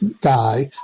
guy